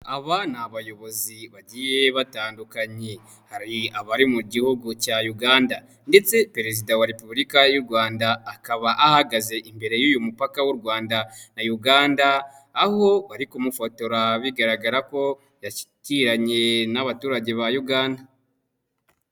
Aba ni abayobozi bagiye batandukanye, hari abari mu gihugu cya Uganda ndetse Perezida wa Repubulika y'u Rwanda akaba ahagaze imbere y'uyu mupaka w'u Rwanda na Uganda, aho bari kumufotora bigaragara ko yashyikiranye n'abaturage ba Uganda.